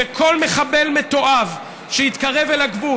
וכל מחבל מתועב שיתקרב אל הגבול,